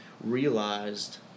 realized